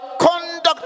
conduct